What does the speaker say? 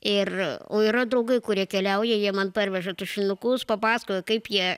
ir o yra draugai kurie keliauja jie man parveža tušinukus papasakoja kaip jie